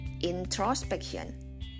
introspection